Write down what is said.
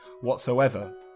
whatsoever